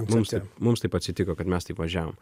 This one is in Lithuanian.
mums taip mums taip atsitiko kad mes taip važiavom